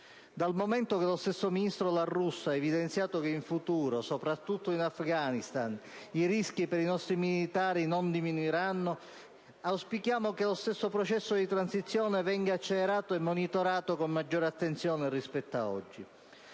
Dal momento che lo stesso ministro La Russa ha evidenziato che in futuro, soprattutto in Afghanistan, i rischi per i nostri militari non diminuiranno, auspichiamo che lo stesso processo di transizione venga accelerato e monitorato con maggiore attenzione rispetto ad oggi.